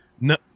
no